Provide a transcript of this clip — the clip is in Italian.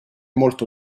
molto